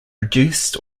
reduced